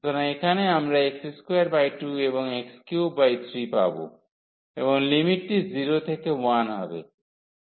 সুতরাং এখানে আমরা x22 এবং x33 পাব এবং লিমিটটি 0 থেকে 1 হবে